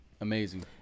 amazing